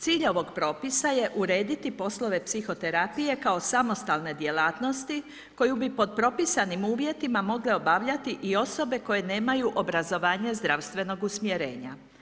Cilj ovog propisa je urediti poslove psihoterapije kao samostalne djelatnosti koju bi po propisanim uvjetima mogle obavljati i osobe koje nemaju obrazovanje zdravstvenog usmjerenja.